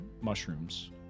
mushrooms